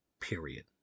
period